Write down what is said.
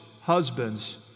husbands